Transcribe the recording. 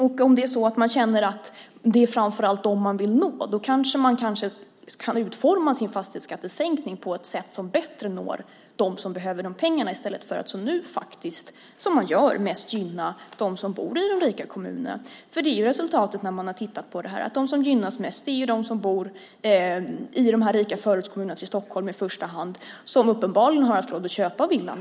Känner man att det är framför allt dem man vill nå kanske man kan utforma sin fastighetsskattesänkning på ett sätt som bättre når dem som behöver pengarna, i stället för att som man gör nu faktiskt gynna dem som bor i de rika kommunerna. De som gynnas mest är i första hand de som bor i de rika förortskommunerna runt Stockholm. De har i alla fall uppenbarligen haft råd att köpa villan.